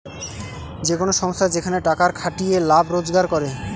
যে কোন সংস্থা যেখানে টাকার খাটিয়ে লাভ রোজগার করে